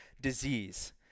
disease